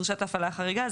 דרישת הפעלה חריגה,